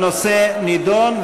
הנושא נדון,